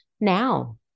now